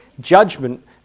Judgment